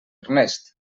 ernest